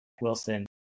Wilson